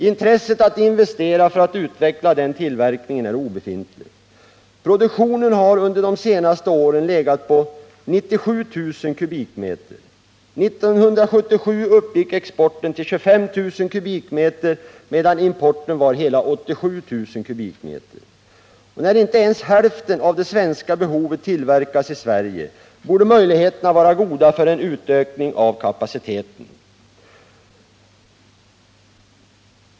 Intresset att investera för att utveckla den tillverkningen är obefintligt. Produktionen har under de senaste åren legat på 97 000 m?. 1977 uppgick exporten till 25 000 m?, medan importen var hela 87 000 m?. När inte ens hälften av det svenska behovet tillverkas i Sverige borde möjligheterna vara goda för en utökning av kapaciteten.